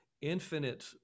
infinite